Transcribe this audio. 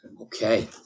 Okay